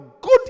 good